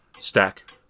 stack